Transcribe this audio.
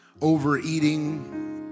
overeating